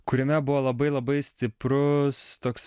kuriame buvo labai labai stiprus toks